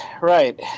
Right